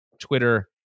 Twitter